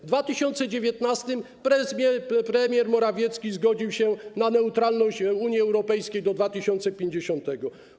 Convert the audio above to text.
W 2019 r. premier Morawiecki zgodził się na neutralność Unii Europejskiej do 2050 r.